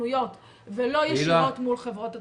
סוכנויות ולא ישירות מול חברות התעופה.